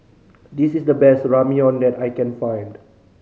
this is the best Ramyeon that I can find